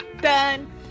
Done